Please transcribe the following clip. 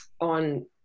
on